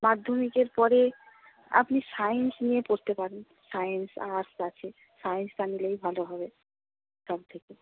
মাধ্যমিকের পরে আপনি সায়েন্স নিয়ে পড়তে পারেন সায়েন্স আর্টস আছে সায়েন্সটা নিলেই ভালো হবে সব থেকে